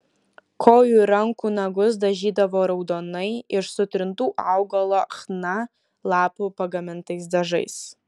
kojų ir rankų nagus dažydavo raudonai iš sutrintų augalo chna lapų pagamintais dažais